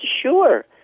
sure